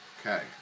Okay